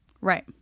Right